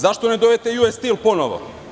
Zašto ne dovedete „US Steel“ ponovo?